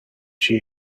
she